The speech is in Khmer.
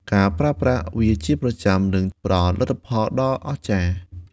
ការប្រើប្រាស់វាជាប្រចាំនឹងផ្ដល់លទ្ធផលដ៏អស្ចារ្យ។